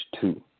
two